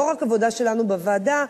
לא רק עבודה שלנו בוועדה,